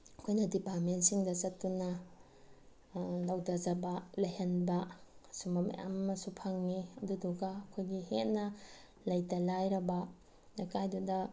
ꯑꯩꯈꯣꯏꯅ ꯗꯤꯄꯥꯔꯠꯃꯦꯟꯁꯤꯡꯗ ꯆꯠꯇꯨꯅ ꯂꯧꯊꯖꯕ ꯂꯩꯍꯟꯕ ꯁꯨꯝꯕ ꯃꯌꯥꯝ ꯑꯃꯁꯨ ꯐꯪꯉꯤ ꯑꯗꯨꯗꯨꯒ ꯑꯩꯈꯣꯏꯒꯤ ꯍꯦꯟꯅ ꯂꯩꯇ ꯂꯥꯏꯔꯕ ꯂꯩꯀꯥꯏꯗꯨꯗ